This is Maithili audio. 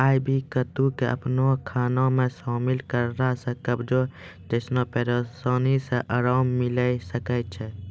आइ.वी कद्दू के अपनो खाना मे शामिल करला से कब्जो जैसनो परेशानी से अराम मिलै सकै छै